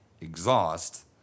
exhaust